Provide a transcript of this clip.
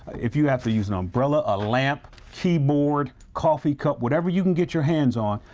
if you have to use an umbrella, a lamp, keyboard, coffee cup, whatever you can get your hands on.